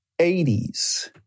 80s